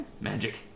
Magic